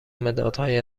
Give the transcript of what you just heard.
مدادهایی